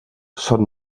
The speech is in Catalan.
són